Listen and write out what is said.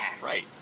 Right